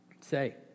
say